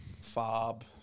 fob